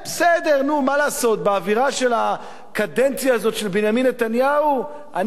באווירה של הקדנציה הזאת של בנימין נתניהו אני כבר לא מתפלא על כלום.